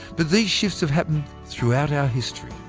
but these shifts have happened throughout our history.